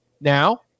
Now